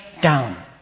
down